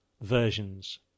versions